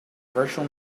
virtual